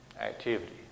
activity